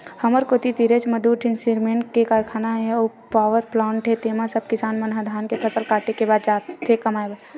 हमर कोती तीरेच म दू ठीन सिरमेंट के कारखाना हे अउ पावरप्लांट हे तेंमा सब किसान मन ह धान के फसल काटे के बाद जाथे कमाए बर